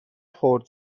خرد